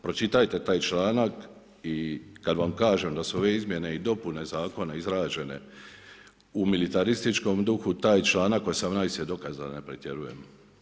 Pročitajte taj članak i kada vam kažem da su ove izmjene i dopune zakona izrađene u militarističkom duhu taj članak 18. je dokaz da ne pretjerujemo.